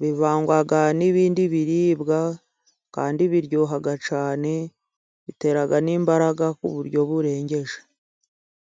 bivangwa n'ibindi biribwa，kandi biryoha cyane， bitera n'imbaraga ku buryo burengeje.